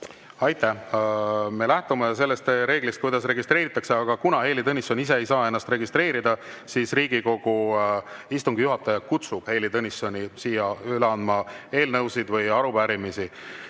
Aitäh! Me lähtume sellest reeglist, kuidas registreeritakse. Aga kuna Heili Tõnisson ise ei saa ennast registreerida, siis Riigikogu istungi juhataja kutsub Heili Tõnissoni siia eelnõusid üle andma.